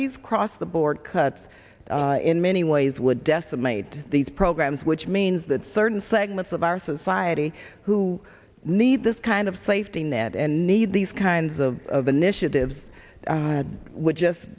these cross the board cuts in many ways would decimate these programs which means that certain segments of our society who need this kind of safety net and need these kinds of initiatives would just